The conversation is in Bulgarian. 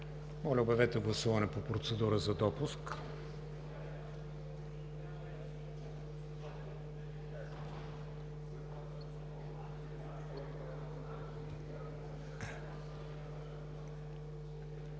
Моля, обявете гласуване по процедура за допуск.